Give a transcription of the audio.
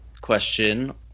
question